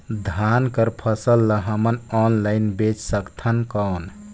धान कर फसल ल हमन ऑनलाइन बेच सकथन कौन?